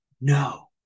no